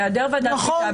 בהיעדר ועדת קליטה,